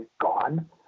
gone